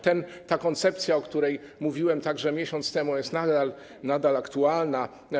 Ta koncepcja, o której mówiłem także miesiąc temu, jest nadal aktualna.